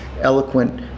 eloquent